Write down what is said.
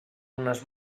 unes